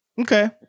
okay